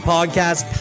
Podcast